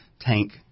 tank